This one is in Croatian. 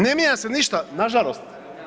Ne mijenja se ništa, na žalost.